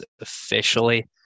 officially